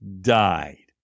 died